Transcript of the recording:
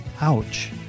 Ouch